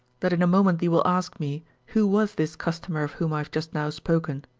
that in a moment thee will ask me who was this customer of whom i have just now spoken.